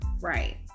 Right